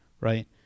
right